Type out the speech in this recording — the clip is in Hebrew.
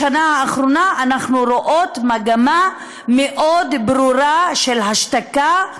בשנה האחרונה אנחנו רואות מגמה מאוד ברורה של השתקה,